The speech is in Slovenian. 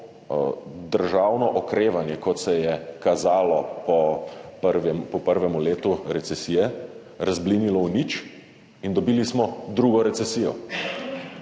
državno okrevanje, kot se je kazalo po prvem letu recesije, razblinilo v nič in dobili smo drugo recesijo.